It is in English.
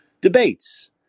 debates